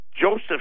Joseph